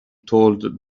told